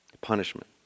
punishment